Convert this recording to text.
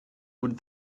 would